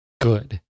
good